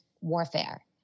warfare